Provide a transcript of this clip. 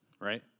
Right